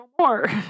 more